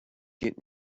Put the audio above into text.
get